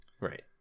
right